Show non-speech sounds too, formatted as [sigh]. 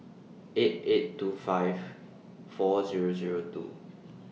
eight eight two five four Zero Zero two [noise]